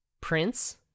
Prince